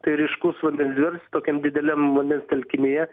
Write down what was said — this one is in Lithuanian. tai ryškus vandens dviratis tokiam dideliam vandens telkinyje